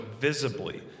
visibly